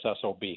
SOB